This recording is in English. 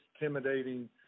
intimidating